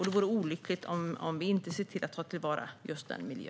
Det vore olyckligt om vi inte såg till att ta till vara just denna miljö.